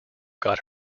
got